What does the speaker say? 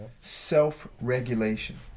Self-regulation